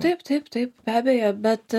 taip taip taip be abejo bet